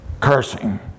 cursing